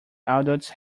adults